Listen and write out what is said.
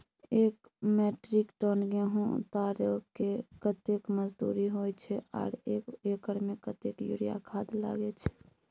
एक metric tonne गेहूं उतारेके कतेक मजदूरी होय छै आर एक एकर में कतेक यूरिया खाद लागे छै?